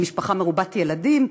למשפחה מרובת ילדים,